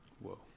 Whoa